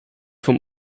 vom